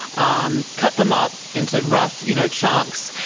um cut them up into rough you know chunks,